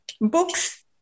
books